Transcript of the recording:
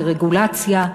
לרגולציה,